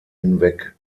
hinweg